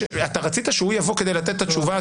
רצית שהוא יבוא כדי לתת את התשובה,